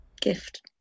gift